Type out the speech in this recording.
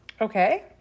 Okay